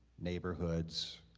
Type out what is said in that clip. neighborhoods,